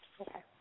Okay